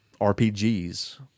RPGs